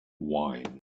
wine